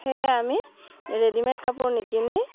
সেয়ে আমি ৰেডিমেড কাপোৰ নিকিনি